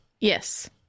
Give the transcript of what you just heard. Yes